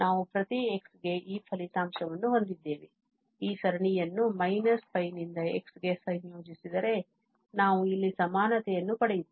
ನಾವು ಪ್ರತಿ x ಗೆ ಈ ಫಲಿತಾಂಶವನ್ನು ಹೊಂದಿದ್ದೇವೆ ಈ ಸರಣಿಯನ್ನು −π ನಿಂದ x ಗೆ ಸಂಯೋಜಿಸಿದರೆ ನಾವು ಇಲ್ಲಿ ಸಮಾನತೆಯನ್ನು ಪಡೆಯುತ್ತೇವೆ